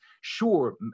sure